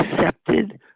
accepted